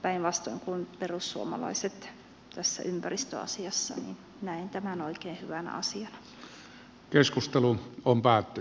päinvastoin kuin perussuomalaiset tässä ympäristöasiassa näen tämän oikein hyvänä asiana